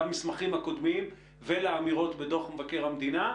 למסמכים הקודמים ולאמירות בדוח מבקר המדינה,